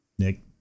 Nick